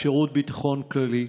שירות הביטחון הכללי.